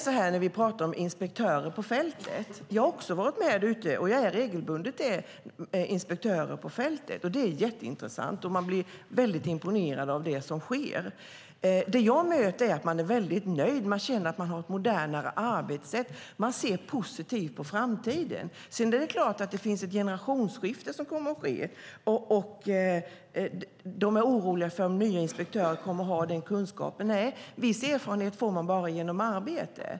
När det gäller inspektörer på fältet har jag också varit och är regelbundet med inspektörer ute på fältet. Det är jätteintressant, och man blir väldigt imponerad av det som sker. Det jag möter är att man är väldigt nöjd. Man känner att man har ett modernare arbetssätt, och man ser positivt på framtiden. Sedan är det klart att det finns ett generationsskifte som kommer att ske, och man är orolig för om nya inspektörer kommer att ha den kunskap som krävs. Nej, viss erfarenhet får man bara genom arbete.